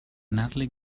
natalie